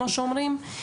כמו שאומרים.